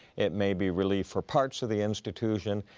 it may be relief for parts of the institution.